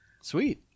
Sweet